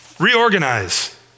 Reorganize